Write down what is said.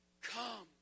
Come